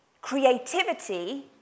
creativity